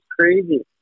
crazy